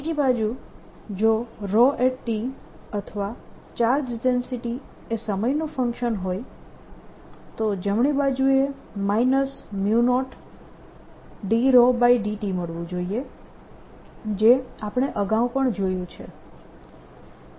બીજી બાજુ જો અથવા ચાર્જ ડેન્સિટી એ સમયનું ફંક્શન હોય તો જમણી બાજુએ 0t મળવું જોઈએ જે આપણે અગાઉ પણ જોયું છે